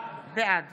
בעד